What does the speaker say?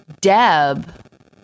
Deb